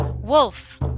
Wolf